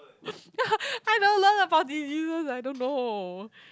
I don't learn about diseases I don't know